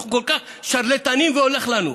אנחנו כל כך שרלטנים והולך לנו.